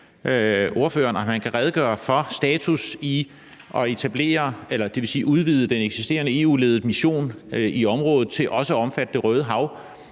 om han kan redegøre for, hvad status er i forhold til at udvide den eksisterende EU-ledede mission i området til også at omfatte Det Røde Hav.